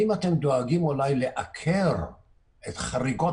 האם אתם דואגים אולי לעקר את חריגות